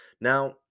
Now